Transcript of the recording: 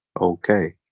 okay